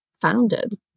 founded